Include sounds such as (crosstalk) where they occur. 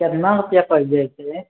(unintelligible)